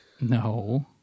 no